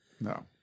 No